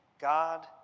God